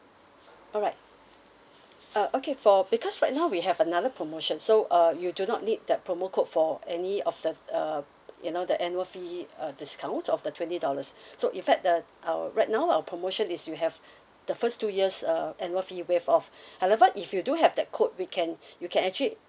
alright uh okay for because right now we have another promotion so uh you do not need that promo code for any of the uh you know the annual fee uh discount of the twenty dollars so in fact the our right now our promotion is you have the first two years uh annual fee waived off however if you do have that code we can you can actually